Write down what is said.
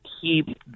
keep